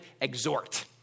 exhort